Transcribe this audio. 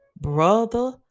brother